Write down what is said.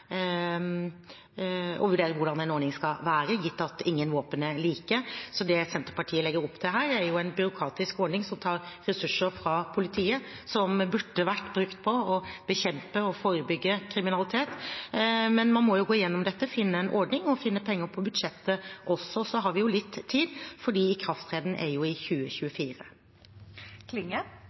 vurdere hvordan en ordning skal være, gitt at ingen våpen er like. Det Senterpartiet legger opp til her, er en byråkratisk ordning som tar fra politiet ressurser som burde vært brukt på å bekjempe og forebygge kriminalitet. Man må gå gjennom dette, finne en ordning og også finne penger på budsjettet. Vi har litt tid, for ikrafttreden er i